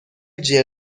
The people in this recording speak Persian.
جـر